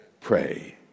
pray